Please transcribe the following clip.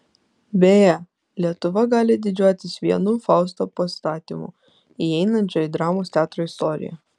beje lietuva gali didžiuotis vienu fausto pastatymu įeinančiu į dramos teatro istoriją